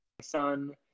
son